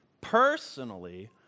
personally